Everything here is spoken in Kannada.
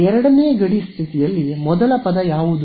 ಎರಡನೇ ಗಡಿ ಸ್ಥಿತಿಯಲ್ಲಿ ಮೊದಲ ಪದ ಯಾವುದು